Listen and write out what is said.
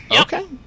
Okay